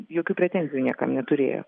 jokių pretenzijų niekam neturėjo